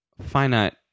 Finite